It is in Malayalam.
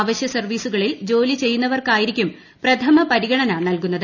അവശ്യ സർവ്വീസുകളിൽ ജോലി ചെയ്യുന്നവർക്കാ യിരിക്കും പ്രഥമ പരിഗണന നൽകുന്നത്